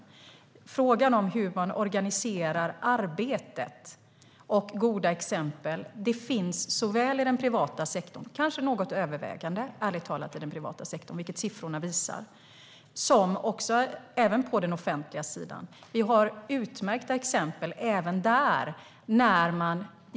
Vad gäller frågan om hur man organiserar arbetet finns goda exempel i den privata sektorn - kanske något övervägande, ärligt talat, vilket siffrorna visar. Men vi har utmärkta exempel även på den offentliga sidan.